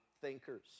thinkers